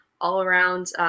all-around